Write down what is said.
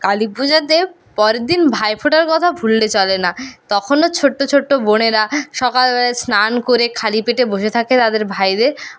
কালী পূজাতে পরের দিন ভাই ফোঁটার কথা ভুললে চলে না তখনো ছোট্টো ছোট্টো বোনেরা সকালবেলা স্নান করে খালি পেটে বসে থাকে তাদের ভাইদের